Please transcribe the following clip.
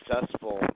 successful